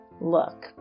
look